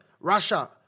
Russia